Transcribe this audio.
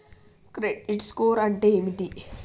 Credit score అంటే ఏమిటి?